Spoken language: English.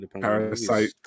Parasite